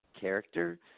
character